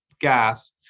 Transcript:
gas